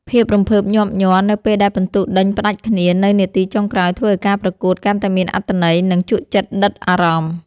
ភាពរំភើបញាប់ញ័រនៅពេលដែលពិន្ទុដេញផ្ដាច់គ្នានៅនាទីចុងក្រោយធ្វើឱ្យការប្រកួតកាន់តែមានអត្ថន័យ និង ជក់ចិត្តដិតអារម្មណ៍។